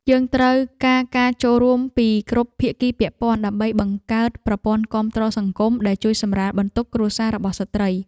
យើងត្រូវការការចូលរួមពីគ្រប់ភាគីពាក់ព័ន្ធ ដើម្បីបង្កើតប្រព័ន្ធគាំទ្រសង្គមដែលជួយសម្រាលបន្ទុកគ្រួសាររបស់ស្ត្រី។